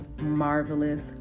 marvelous